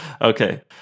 okay